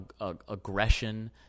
aggression